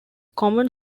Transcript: common